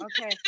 Okay